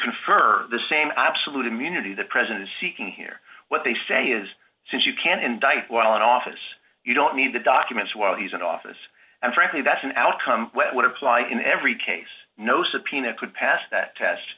confer the same absolute immunity the president seeking here what they say is since you can indict while in office you don't need the documents while he's in office and frankly that's an outcome would have fly in every case no subpoena could pass that test